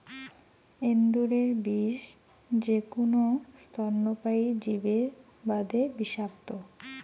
এন্দুরের বিষ যেকুনো স্তন্যপায়ী জীবের বাদে বিষাক্ত,